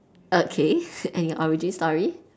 okay and your origin story